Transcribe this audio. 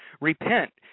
repent